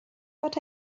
but